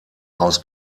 aus